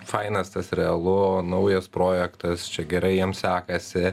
fainas tas realu naujas projektas čia gerai jiem sekasi